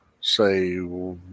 say